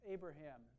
Abraham